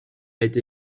été